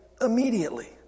immediately